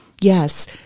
Yes